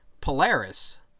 Polaris